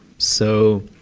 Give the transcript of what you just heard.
so